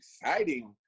exciting